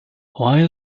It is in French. ohio